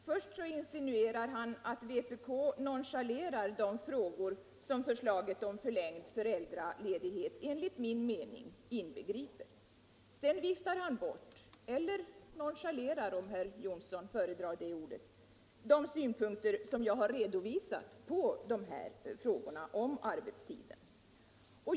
Herr talman! Herr Johnsson i Blentarp motsäger sig själv. Först insinuerar han att vpk nonchalerar de frågor som förslaget om förlängd föräldraledighet enligt min mening inbegriper. Sedan viftar han bort — eller nonchalerar, om herr Johnsson föredrar det ordet — de synpunkter på frågan om arbetstiden som jag har redovisat.